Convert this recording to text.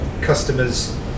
customers